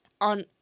on